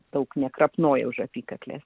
daug nekrapnoja už apykaklės